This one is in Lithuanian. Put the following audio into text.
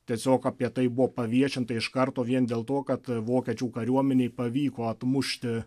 tiesiog apie tai buvo paviešinta iš karto vien dėl to kad vokiečių kariuomenei pavyko atmušti